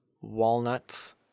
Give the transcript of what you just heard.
walnuts